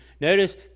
Notice